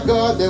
God